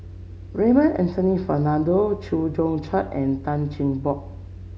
Raymond Anthony Fernando Chew Joo Chiat and Tan Cheng Bock